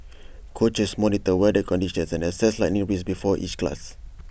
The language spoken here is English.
coaches monitor weather conditions and assess lightning risks before each class